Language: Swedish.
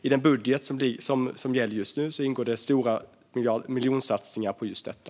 I den gällande budgeten ingår det miljonsatsningar på just detta.